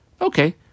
Okay